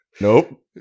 Nope